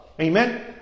Amen